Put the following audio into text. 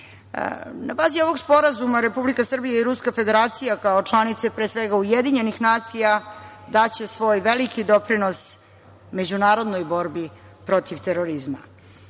bazi ovog Sporazuma Republika Srbija i Ruska Federacija kao članice pre svega Ujedinjenih nacija daće svoj veliki doprinos međunarodnoj borbi protiv terorizma.